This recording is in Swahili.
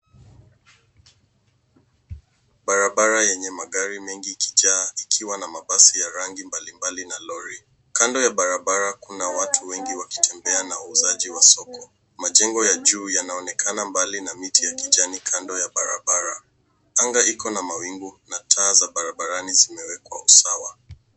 Barabara yenye magari mengi ikijaa ikiwa na mabasi ya rangi mbalimbali na lori. Kando ya barabara kuna watu wengi wakitembea na uuzaji wa soko. Majengo ya juu yanaonekana mbali na miti ya kijani kando ya barabara. Anga iko na mawingu na taa za barabarani zimewekwa usawa.